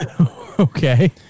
Okay